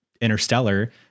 interstellar